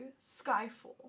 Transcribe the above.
Skyfall